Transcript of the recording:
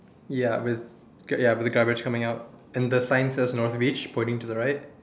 ya with ya with the garbage coming out and the sign says north beach pointing to the right